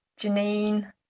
Janine